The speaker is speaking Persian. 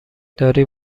داری